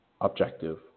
objective